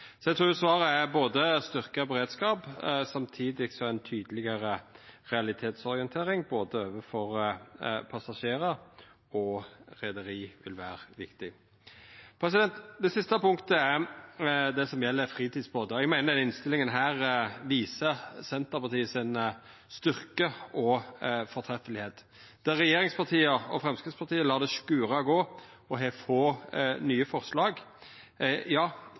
Eg trur svaret er styrkt beredskap samtidig som ei tydelegare realitetsorientering overfor både passasjerar og reiarlag vil vera viktig. Det siste punktet er det som gjeld fritidsbåtar. Eg meiner denne innstillinga viser Senterpartiets styrke og kor framifrå me er. Regjeringspartia og Framstegspartiet lar det skura og gå og har få nye forslag.